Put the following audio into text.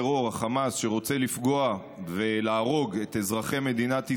אני כשר יכול לפעול אך ורק לפי המודל